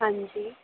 ਹਾਂਜੀ